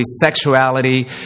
Sexuality